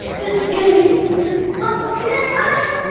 this is gonna be good! well, we better hide.